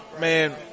man